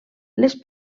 les